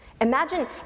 Imagine